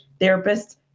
therapists